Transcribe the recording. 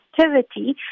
activity